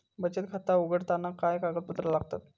बचत खाता उघडताना काय कागदपत्रा लागतत?